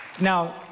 Now